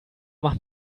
mach